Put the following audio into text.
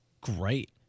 great